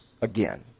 again